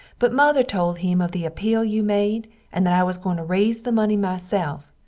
but mother told him of the apeel you made and that i was goin to raze the money myself,